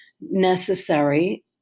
necessary